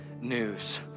news